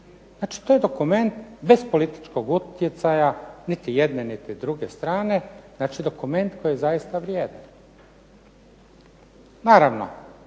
Znači to je dokument bez političkog utjecaja niti jedne niti druge strane, znači dokument koji zaista vrijedi. Naravno,